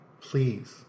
Please